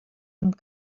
amb